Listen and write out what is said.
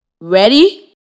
Ready